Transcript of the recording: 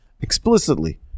explicitly